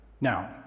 Now